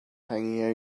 hanging